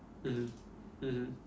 mmhmm mmhmm